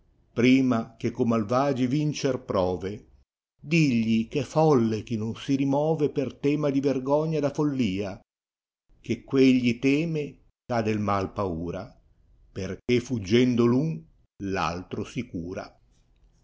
prima che co malvagi vincer prove digli eh é folle chi non si rimove per tema di vergogna da follia che quegli teme e ha del mal paura perché fuggendo